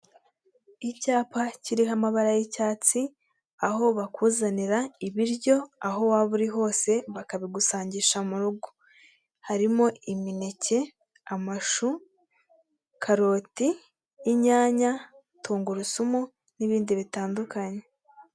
Icyapa kiriho amabara y'icyatsi aho bakuzanira ibiryo aho waba uri hose bakabigusangisha mu rugo harimo: imineke, amashu, karoti, inyanya, tungurusumu, n'ibindi bitandukanye.